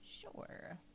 Sure